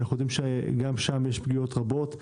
אנחנו יודעים שגם שם יש פגיעות רבות.